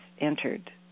entered